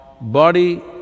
body